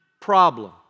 problem